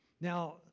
Now